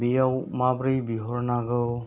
बेयाव माब्रै बिहरनांगौ